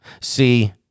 See